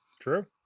True